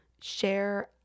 share